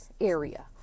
area